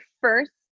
first